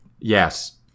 Yes